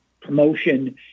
promotion